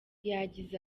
yagize